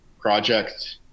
project